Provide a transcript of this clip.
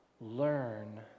Learn